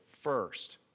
first